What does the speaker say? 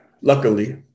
luckily